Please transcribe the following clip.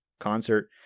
Concert